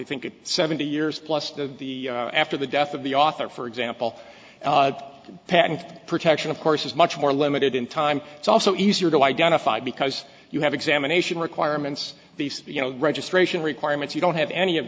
that seventy years plus the the after the death of the author for example patent protection of course is much more limited in time it's also easier to identify because you have examination requirements you know registration requirements you don't have any of